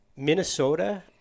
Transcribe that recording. Minnesota